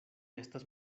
estas